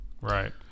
right